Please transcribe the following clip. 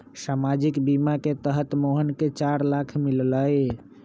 सामाजिक बीमा के तहत मोहन के चार लाख मिललई